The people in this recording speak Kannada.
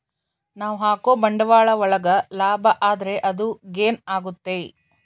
ನಾವ್ ಹಾಕೋ ಬಂಡವಾಳ ಒಳಗ ಲಾಭ ಆದ್ರೆ ಅದು ಗೇನ್ ಆಗುತ್ತೆ